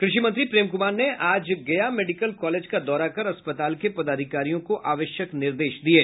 कृषि मंत्री प्रेम कुमार ने आज गया मेडिकल कॉलेज का दौरा कर अस्पताल के पदाधिकारियों को आवश्यक निर्देश दिये